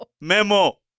Memo